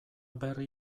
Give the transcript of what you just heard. berri